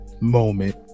Moment